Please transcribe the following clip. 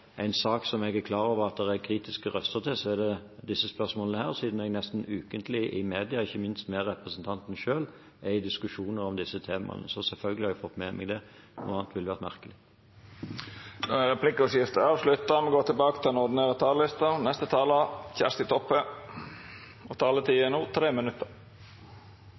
disse spørsmålene, siden jeg nesten ukentlig i media – ikke minst med representanten selv – er i diskusjoner om disse temaene. Så selvfølgelig har jeg fått med meg det. Noe annet ville vært merkelig. Replikkordskiftet er avslutta. Dei talarane som heretter får ordet, har ei taletid på inntil 3 minutt. Eg oppfattar ikkje at det har skjedd forbetringar til